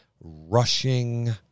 rushing